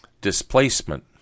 displacement